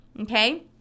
Okay